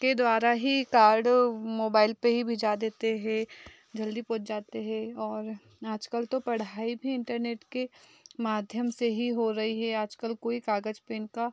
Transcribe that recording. के द्वारा ही कार्ड मोबाइल पर ही भिजा देते हैं जल्दी पहुंच जाते हैं और आज कल तो पढ़ाई थी इंटरनेट के माध्यम से ही हो रही है आज कल कोई कागज़ पेन का